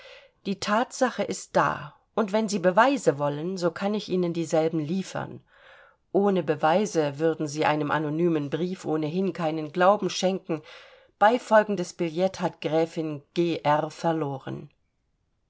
die thatsache ist da und wenn sie beweise wollen so kann ich ihnen dieselben liefern ohne beweise würden sie einem anonymen brief ohnehin keinen glauben schenken beifolgendes billet hat gräfin gr verloren